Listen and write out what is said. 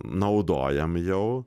naudojam jau